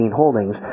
holdings